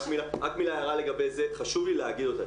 הערה לגבי זה, וחשוב להגיד אותה.